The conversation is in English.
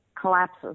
collapses